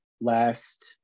last